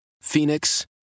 Phoenix